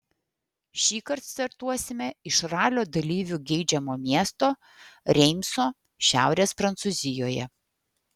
šįkart startuosime iš ralio dalyvių geidžiamo miesto reimso šiaurės prancūzijoje